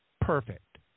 perfect